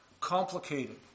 complicated